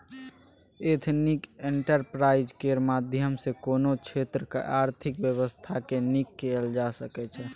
ethnic enterprise केर माध्यम सँ कोनो क्षेत्रक आर्थिक बेबस्था केँ नीक कएल जा सकै छै